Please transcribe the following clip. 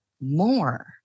more